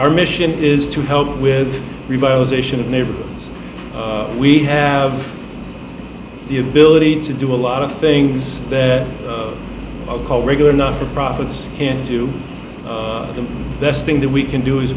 our mission is to help with revitalization of neighborhoods we have the ability to do a lot of things that regular not for profits can do the best thing that we can do is